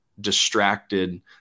distracted